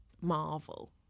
Marvel